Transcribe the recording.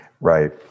Right